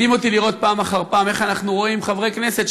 מדהים אותי לראות פעם אחר פעם איך אנחנו רואים חברי כנסת,